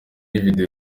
video